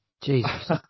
Jesus